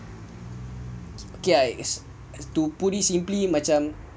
okay ah it's to put it simply macam